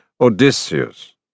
Odysseus